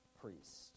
priest